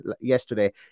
yesterday